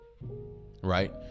Right